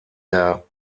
der